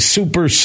Super